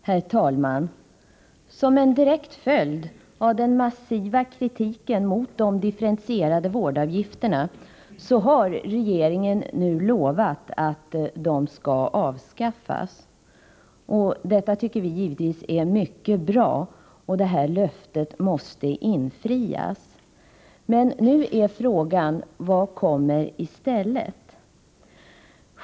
Herr talman! Som en direkt följd av den massiva kritiken mot de differentierade vårdavgifterna har regeringen nu lovat att de skall avskaffas. Detta tycker vi givetvis är mycket bra, och det löftet måste infrias. Men nu är frågan: Vad kommer i stället?